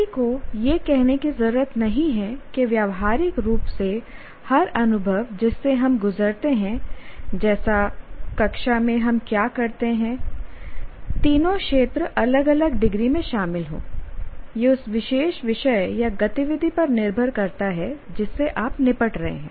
किसी को यह कहने की ज़रूरत नहीं है कि व्यावहारिक रूप से हर अनुभव जिससे हम गुजरते हैं जैसे कक्षा में हम क्या करते हैं तीनों क्षेत्र अलग अलग डिग्री में शामिल हो यह उस विशेष विषय या गतिविधि पर निर्भर करता है जिससे आप निपट रहे हैं